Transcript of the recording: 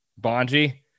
Bonji